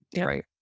right